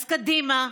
אז קדימה,